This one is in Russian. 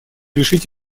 решить